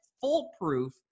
foolproof